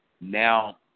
now